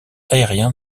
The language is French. aérien